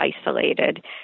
isolated